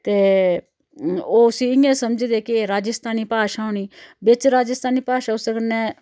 ते ओह् उसी इ'यां समझदे कि राजस्थानी भाशा होनी बिच्च राजस्थानी भाशा उसदे कन्नै